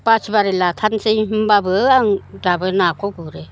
बासबारि लाथारनोसै होनबाबो आं दाबो नाखौ गुरो